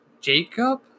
Jacob